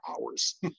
hours